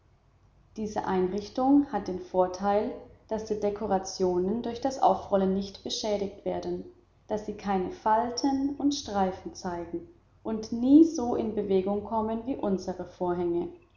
diese einrichtung hat den vorteil daß die dekorationen durch das aufrollen nicht beschädigt werden daß sie keine falten und streifen zeigen und nie so in bewegung kommen wie unsere vorhänge